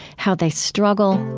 how they struggle,